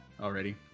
already